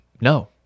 No